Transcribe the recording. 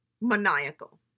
maniacal